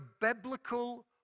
biblical